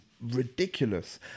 ridiculous